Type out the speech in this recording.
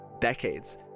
decades